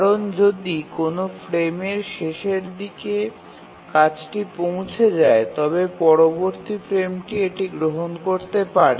কারন যদি কোনও ফ্রেমের শেষের দিকে কাজটি পৌঁছে যায় তবে পরবর্তী ফ্রেমটি এটি গ্রহণ করতে পারে